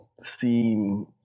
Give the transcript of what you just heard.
seem